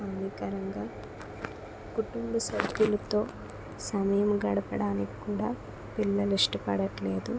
హానికరంగా కుటుంబ సభ్యులతో సమయం గడపడానికి కూడా పిల్లలు ఇష్టపడట్లేదు